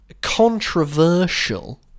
Controversial